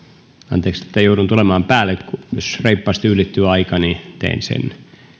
anteeksi että joudun tulemaan päälle mutta jos reippaasti ylittyy aika niin teen sen